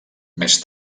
més